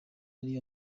ari